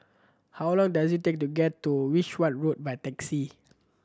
how long does it take to get to Wishart Road by taxi